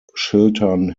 chiltern